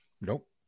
Nope